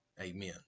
Amen